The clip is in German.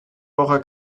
woche